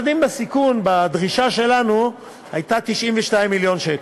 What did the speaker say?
ילדים בסיכון, הדרישה שלנו הייתה 92 מיליון שקל.